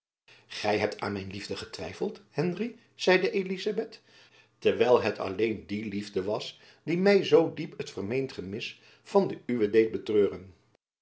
gy hebt aan mijn liefde getwijfeld henry zeide elizabeth terwijl het alleen die liefde was die my zoo diep het vermeend gemis van de uwe deed betreuren